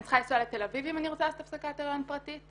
אני צריכה לנסוע לתל אביב אם אני רוצה לעשות הפסקת הריון פרטית.